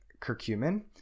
curcumin